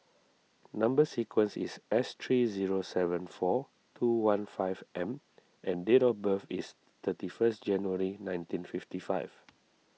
Number Sequence is S three zero seven four two one five M and date of birth is thirty first January nineteen fifty five